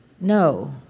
No